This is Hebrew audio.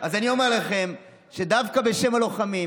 אז אני אומר לכם שדווקא בשם הלוחמים